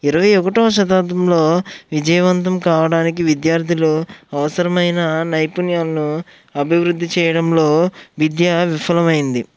ఇరవై ఒకటవ శతాబ్దంలో విజయవంతం కావడానికి విద్యార్థులు అవసరమైన నైపుణ్యాల్ను అభివృద్ధి చేయడంలో విద్యా విఫలమైంది